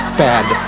bad